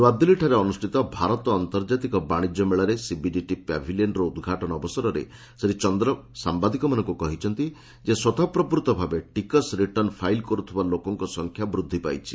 ନ୍ତଆଦିଲ୍ଲୀଠାରେ ଅନୁଷ୍ଠିତ ଭାରତ ଆନ୍ତର୍ଜାତିକ ବାଣିଜ୍ୟ ମେଳାରେ ସିବିଡିଟି ପ୍ୟାଭିଲିୟନ୍ର ଉଦ୍ଘାଟନ ଅବସରରେ ଶ୍ରୀ ଚନ୍ଦ୍ର ସାମ୍ବାଦିକମାନଙ୍କୁ କହିଛନ୍ତି ଯେ ସ୍ପତଃପ୍ରବୃତ୍ତଭାବେ ଟିକସ ରିଟର୍ଣ୍ଣ ଫାଇଲ୍ କରୁଥିବା ଲୋକଙ୍କ ସଂଖ୍ୟା ବୃଦ୍ଧି ପାଇଛି